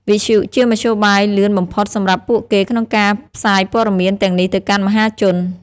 វិទ្យុជាមធ្យោបាយលឿនបំផុតសម្រាប់ពួកគេក្នុងការផ្សាយព័ត៌មានទាំងនេះទៅកាន់មហាជន។